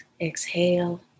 exhale